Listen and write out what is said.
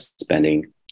spending